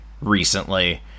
recently